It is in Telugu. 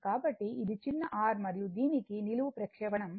కాబట్టి ఇది చిన్న r మరియు దీనికి నిలువు ప్రక్షేపణం 39